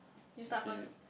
you start first